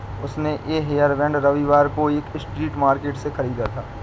उसने ये हेयरबैंड रविवार को एक स्ट्रीट मार्केट से खरीदा था